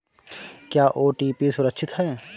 क्या ओ.टी.पी सुरक्षित है?